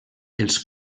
els